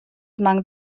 among